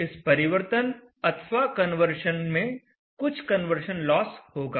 इस परिवर्तन अथवा कन्वर्शन में कुछ कन्वर्शन लॉस होगा